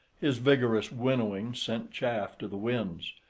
his vigorous winnowing sent chaff to the winds,